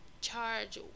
charge